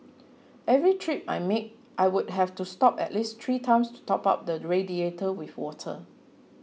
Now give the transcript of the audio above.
every trip I made I would have to stop at least three times to top up the radiator with water